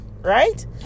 right